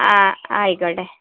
ആ ആയ്ക്കോട്ടെ